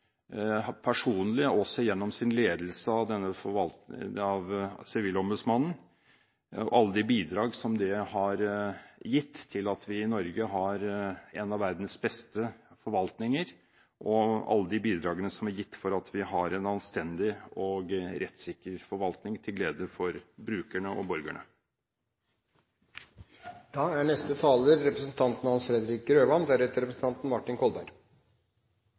personlig, og også gjennom sin ledelse av Sivilombudsmannen, har gitt til at vi i Norge har en av verdens beste forvaltninger, og alle de bidragene som er gitt for at vi har en anstendig og rettssikker forvaltning til glede for brukerne og borgerne. Ombudsmannens oppgave er